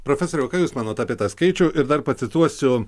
profesoriau ką jūs manot apie tą skaičių ir dar pacituosiu